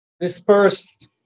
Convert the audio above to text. dispersed